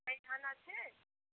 এই ধান আছে